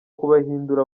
kubahindura